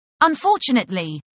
Unfortunately